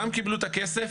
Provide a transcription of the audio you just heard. גם קיבלו את הכסף,